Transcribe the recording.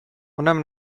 اونم